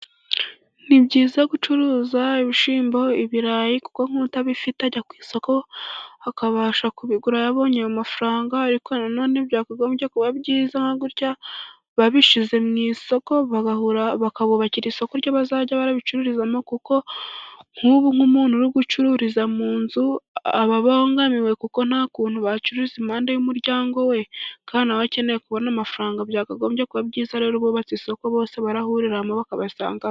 Ni byiza gucuruza ibishyimbo, ibirayi kuko utabifite ajya ku isoko akabasha kubigura yabonye ayo mafaranga, ariko nanone byakagombye kuba byiza gutya babishize mu isoko bakabubakira isoko bazajya barabicururizamo, kuko nk'ubu nk'umuntu uri gucururiza mu nzu aba abangamiwe kuko nta kuntu wacuruza impande y'umuryango we, kandi na we aba akeneye kubona amafaranga. Byakagombye kuba byiza rero bubatse isoko bose barahuriramo bakabasangamo.